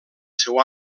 seu